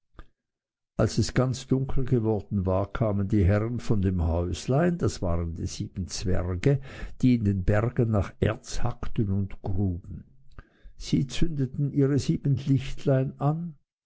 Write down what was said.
als es ganz dunkel geworden war kamen die herren von dem häuslein das waren die sieben zwerge die in den bergen nach erz hackten und gruben sie zündeten ihre sieben lichtlein an